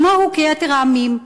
כמוהו כיתר העמים.